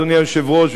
אדוני היושב-ראש,